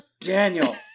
Daniel